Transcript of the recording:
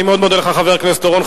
אני מאוד מודה לך, חבר הכנסת אורון.